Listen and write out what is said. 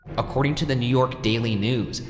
according to the new york daily news,